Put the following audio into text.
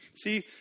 See